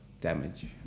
damage